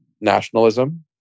nationalism